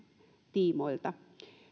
tiimoilta